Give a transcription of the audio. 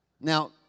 Now